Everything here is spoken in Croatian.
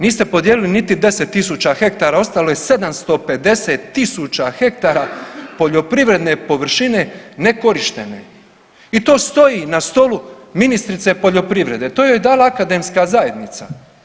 Niste podijelili niti 10 tisuća hektara, ostalo je 750 tisuća hektara poljoprivredne površine nekorištene i to stoji na stolu ministrice poljoprivrede, to joj je dala akademska zajednica.